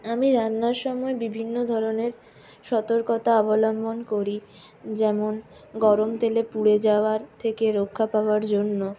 আমি রান্নার সময়ে বিভিন্ন ধরনের সতর্কতা অবলম্বন করি যেমন গরম তেলে পুড়ে যাওয়ার থেকে রক্ষা পাওয়ার জন্য